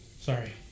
Sorry